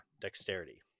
dexterity